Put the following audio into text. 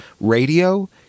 radio